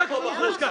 היה כאן בחוץ.